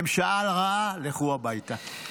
ממשלה רעה, לכו הביתה.